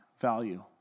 value